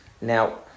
Now